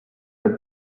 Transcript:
her